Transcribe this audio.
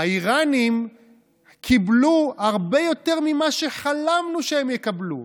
האיראנים קיבלו הרבה יותר ממה שחלמנו שהם יקבלו.